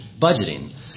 budgeting